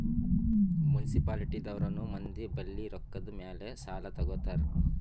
municipality ದವ್ರನು ಮಂದಿ ಬಲ್ಲಿ ರೊಕ್ಕಾದ್ ಮ್ಯಾಲ್ ಸಾಲಾ ತಗೋತಾರ್